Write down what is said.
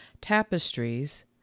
tapestries